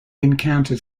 encountered